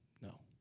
No